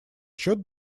счет